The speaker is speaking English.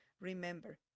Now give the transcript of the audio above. Remember